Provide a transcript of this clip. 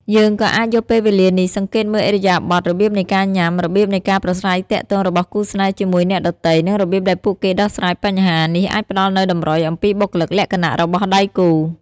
យើងក៏អាចយកពេលវលានេះ សង្កេតមើលឥរិយាបថ របៀបនៃការញ៉ាំ របៀបនៃការប្រាស្រ័យទាក់ទងរបស់គូរស្នេហ៌ជាមួយអ្នកដទៃ និងរបៀបដែលពួកគេដោះស្រាយបញ្ហា នេះអាចផ្តល់នូវតម្រុយអំពីបុគ្គលិកលក្ខណៈរបស់ដៃគូ។